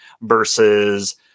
versus